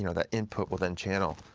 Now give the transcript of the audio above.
you know that input will then channel